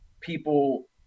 people